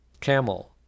camel